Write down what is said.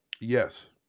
Yes